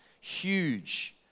huge